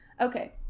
Okay